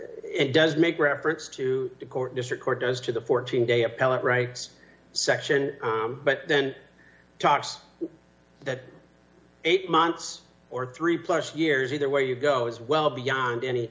it does make reference to the court district court does to the fourteen day appellate rights section but then talks that eight months or three plus years either way you go is well beyond any